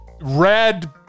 red